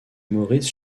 maurice